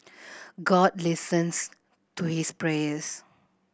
God listens to his prayers